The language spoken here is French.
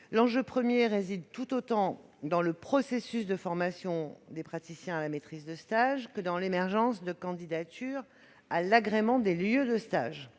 L'enjeu premier réside tout autant dans le processus de formation des praticiens à la maîtrise de stage que dans l'émergence de candidatures à l'agrément de lieux de stage